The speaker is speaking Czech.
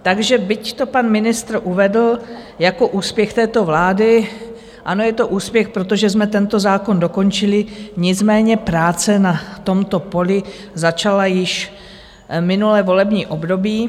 Takže byť to pan ministr uvedl jako úspěch této vlády, ano, je to úspěch, protože jsme tento zákon dokončili, nicméně práce na tomto poli začala již minulé volební období.